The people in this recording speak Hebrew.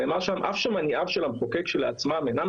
נאמר שם: "אף שמניעיו של המחוקק כשלעצמם אינם